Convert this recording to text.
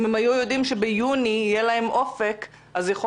אם הם היו יודעים שביוני יהיה להם אופק אז יכול